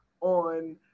on